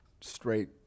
straight